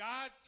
God